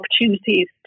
opportunities